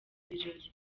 birori